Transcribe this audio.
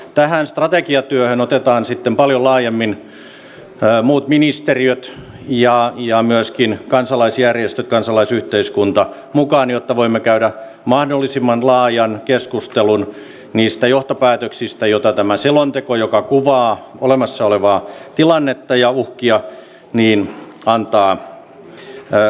tähän strategiatyöhön otetaan sitten paljon laajemmin muut ministeriöt ja myöskin kansalaisjärjestöt kansalaisyhteiskunta mukaan jotta voimme käydä mahdollisimman laajan keskustelun niistä johtopäätöksistä joihin tämä selonteko joka kuvaa olemassa olevaa tilannetta ja uhkia antaa aiheen